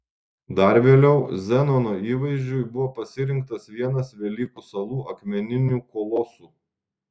dar vėliau zenono įvaizdžiui buvo pasirinktas vienas velykų salų akmeninių kolosų